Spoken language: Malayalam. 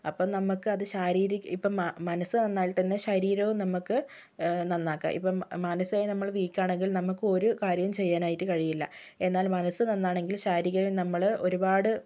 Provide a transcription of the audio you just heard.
അപ്പോൾ നമുക്കത് ശാരീരി ഇപ്പോൾ മനസ് നന്നായാൽത്തന്നെ ശരീരവും നമുക്ക് നന്നാക്കാം ഇപ്പം മനസ് നമ്മള് വീക്കാണെങ്കിൽ നമുക്ക് ഒരു കാര്യവും ചെയ്യാനായിട്ട് കഴിയില്ല എന്നാൽ മനസ് നന്നാണെങ്കിൽ ശരീരം നമ്മള് ഒരുപാട്